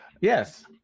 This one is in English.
Yes